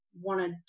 wanted